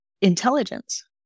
intelligence